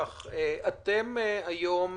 אתם היום,